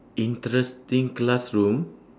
interesting classroom